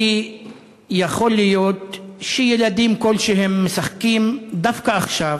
כי יכול להיות שילדים כלשהם משחקים דווקא עכשיו,